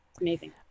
amazing